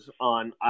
on